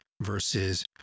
versus